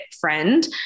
friend